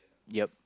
yup